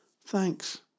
Thanks